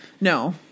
No